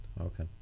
Okay